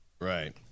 right